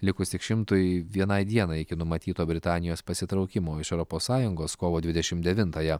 likus tik šimtui vienai dienai iki numatyto britanijos pasitraukimo iš europos sąjungos kovo dvidešim devintąją